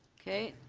okay.